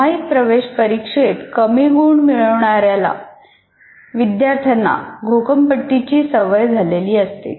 सामायिक प्रवेश परीक्षेत कमी गुण मिळवणाऱ्या विद्यार्थ्यांना घोकंपट्टीची सवय झालेली असते